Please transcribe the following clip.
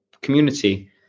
community